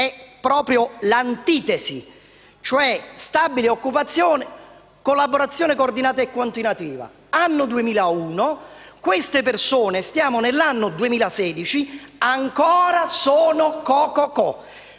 È proprio l'antitesi: si parla di stabile occupazione e collaborazione coordinata e continuativa nel 2001, ma queste persone, nell'anno 2016, ancora sono Co.co.co.